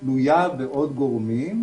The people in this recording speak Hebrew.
תלויה בעוד גורמים,